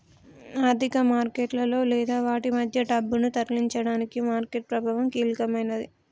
ఆర్థిక మార్కెట్లలో లేదా వాటి మధ్య డబ్బును తరలించడానికి మార్కెట్ ప్రభావం కీలకమైనది